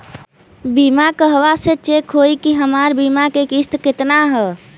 बीमा कहवा से चेक होयी की हमार बीमा के किस्त केतना ह?